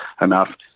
enough